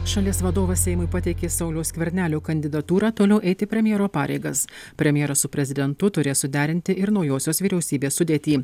šalies vadovas seimui pateikė sauliaus skvernelio kandidatūrą toliau eiti premjero pareigas premjeras su prezidentu turės suderinti ir naujosios vyriausybės sudėtį